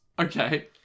Okay